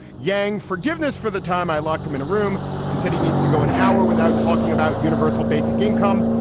yang forgiveness for the time i locked him in a room and said he needs to go an hour without talking about universal basic income.